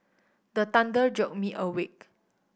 the thunder jolt me awake